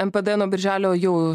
npd nuo birželio jau